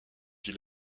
fit